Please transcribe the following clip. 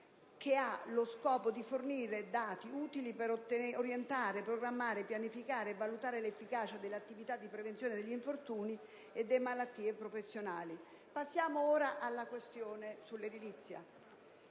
che ha lo scopo di fornire dati utili per orientare, programmare, pianificare e valutare l'efficacia dell'attività di prevenzione degli infortuni e delle malattie professionali. Passiamo ora alla questione degli